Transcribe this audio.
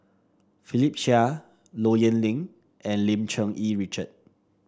Philip Chia Low Yen Ling and Lim Cherng Yih Richard